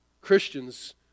Christians